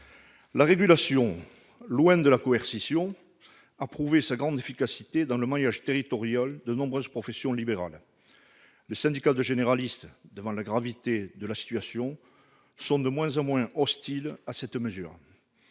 La régulation, loin de la coercition, a prouvé sa grande efficacité dans le maillage territorial de nombreuses professions libérales. Les syndicats de généralistes, devant la gravité de la situation, sont de moins en moins hostiles à cette mesure.